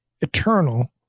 eternal